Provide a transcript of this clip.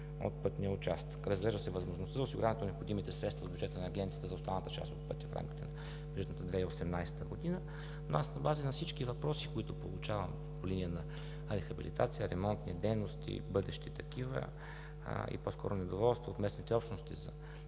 регулация от. Разглежда се възможността за осигуряването на необходимите средства от бюджета на Агенцията за останалата част от пътя в рамките на бюджетната 2018 г. Но аз на база на всички въпроси, които получавам по линия на рехабилитация, ремонтни дейности и бъдещи такива, и по-скоро недоволството от местните общности за